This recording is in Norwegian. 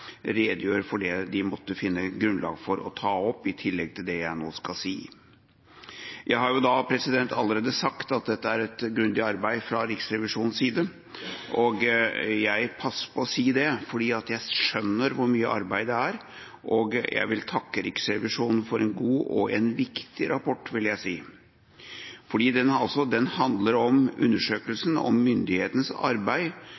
redegjør for det de måtte finne grunnlag for å ta opp i tillegg til det jeg nå skal si. Jeg har allerede sagt at dette er et grundig arbeid fra Riksrevisjonens side. Jeg passer på å si det, fordi jeg skjønner hvor mye arbeid det er, og jeg vil takke Riksrevisjonen for en god og – vil jeg si – en viktig rapport. Den handler om undersøkelsen av myndighetenes arbeid